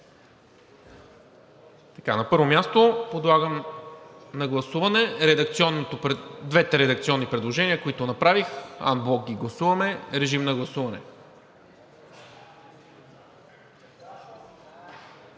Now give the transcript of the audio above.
На първо място, подлагам на гласуване двете редакционни предложения, които направих, анблок ги гласуваме. (Реплика